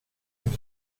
pues